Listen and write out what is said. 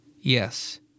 Yes